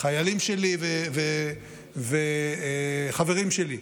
חיילים שלי וחברים שלי,